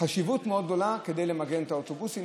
חשיבות מאוד גדולה, למגן את האוטובוסים.